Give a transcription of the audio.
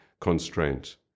constraint